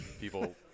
people